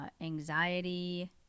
anxiety